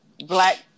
Black